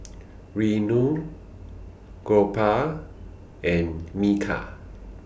Renu Gopal and Milkha